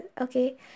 Okay